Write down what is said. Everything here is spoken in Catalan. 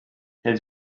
els